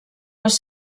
les